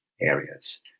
areas